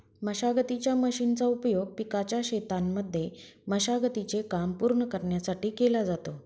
मशागतीच्या मशीनचा उपयोग पिकाच्या शेतांमध्ये मशागती चे काम पूर्ण करण्यासाठी केला जातो